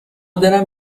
دلم